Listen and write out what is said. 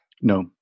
No